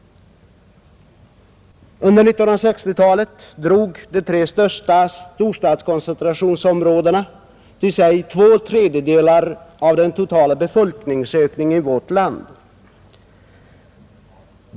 Under 1960-talet drog de tre största storstadskoncentrationsområdena till sig två tredjedelar av den totala folkökningen i vårt land.